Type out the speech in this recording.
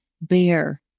bear